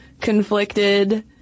conflicted